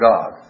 God